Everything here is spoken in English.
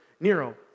Nero